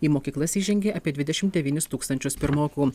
į mokyklas įžengė apie dvidešimt devynis tūkstančius pirmokų